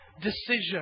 decision